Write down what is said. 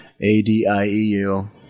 A-D-I-E-U